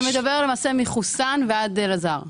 אתה מדבר מחוסאן ועד אלעזר.